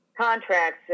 contracts